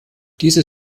diese